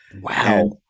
wow